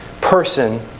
Person